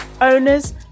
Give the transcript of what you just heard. owners